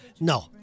No